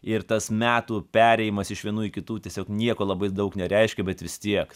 ir tas metų perėjimas iš vienų į kitų tiesiog nieko labai daug nereiškia bet vis tiek